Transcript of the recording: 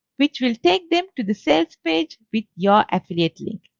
which will take them to the sales page with your affiliate link.